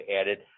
added